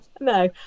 No